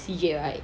C_J right